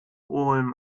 ulm